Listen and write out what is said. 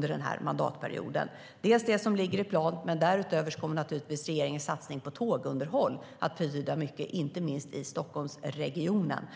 Dels har vi det som ligger i plan, dels kommer regeringens satsning på tågunderhåll att betyda mycket, inte minst för Stockholmsregionen